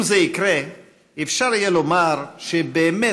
אם זה יקרה אפשר יהיה לומר שבאמת